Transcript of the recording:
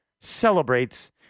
celebrates